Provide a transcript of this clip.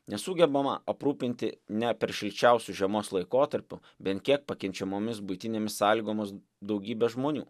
nesugebama aprūpinti ne per šilčiausios žiemos laikotarpiu bent kiek pakenčiamomis buitinėmis sąlygomis daugybės žmonių